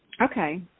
okay